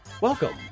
Welcome